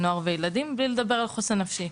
ילדים ונוער מבלי לדבר על חוסן נפשי.